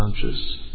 conscious